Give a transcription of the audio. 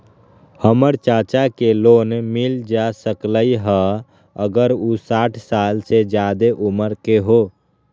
हमर चाचा के लोन मिल जा सकलई ह अगर उ साठ साल से जादे उमर के हों?